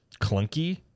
clunky